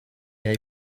jai